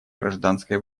гражданской